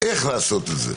איך לעשות את זה,